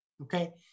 okay